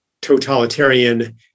totalitarian